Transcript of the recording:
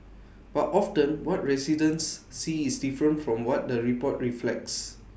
but often what residents see is different from what the report reflects